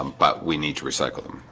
but we need to recycle them.